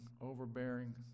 overbearing